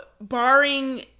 barring